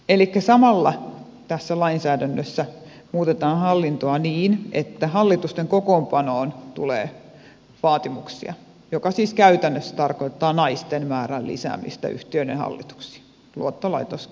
elikkä samalla tässä lainsäädännössä muutetaan hallintoa niin että hallitusten kokoonpanoon tulee vaatimuksia mikä siis käytännössä tarkoittaa naisten määrän lisäämistä yhtiöiden hallituksiin luottolaitospuolelle